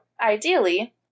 ideally